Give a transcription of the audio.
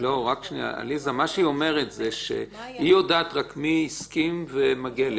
מה שהיא אומרת זה שהיא יודעת רק מי הסכים ולמי מגיע.